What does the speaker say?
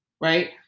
Right